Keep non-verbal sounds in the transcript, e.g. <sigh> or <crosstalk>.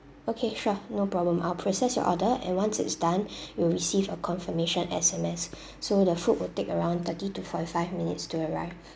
okay sure no problem I'll process your order and once it's done <breath> you'll receive a confirmation S_M_S so the food will take around thirty to forty five minutes to arrive